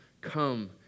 Come